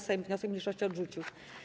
Sejm wniosek mniejszości odrzucił.